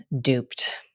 duped